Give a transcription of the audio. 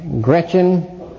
Gretchen